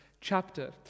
chapter